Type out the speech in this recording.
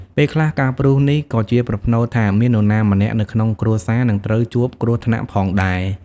ពេលខ្លះ ការព្រុសនេះក៏ជាប្រផ្នូលថាមាននរណាម្នាក់នៅក្នុងគ្រួសារនឹងត្រូវជួបគ្រោះថ្នាក់ផងដែរ។